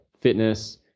fitness